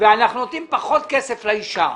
ואנחנו נותנים פחות כסף לאישה.